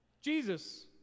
Jesus